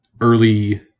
early